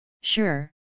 sure